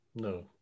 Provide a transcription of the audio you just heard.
No